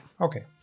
okay